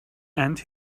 and